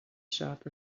shop